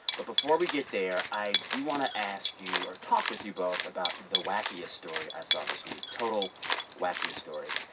but before we get there, i do want to ask you or talk with you both about the wackiest story i saw this week, total wackiest story.